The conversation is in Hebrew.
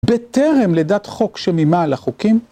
בטרם לדת חוק שמימה על החוקים?